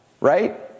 right